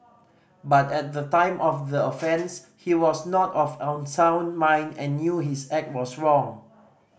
but at the time of the offence he was not of unsound mind and knew his act was wrong